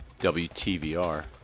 WTVR